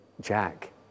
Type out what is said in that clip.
Jack